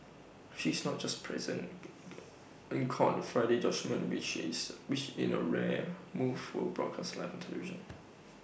she is not just present in court Friday judgement which is which in A rare move was broadcast live on television